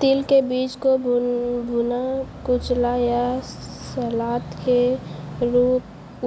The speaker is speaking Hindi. तिल के बीज को भुना, कुचला या सलाद के